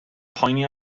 poeni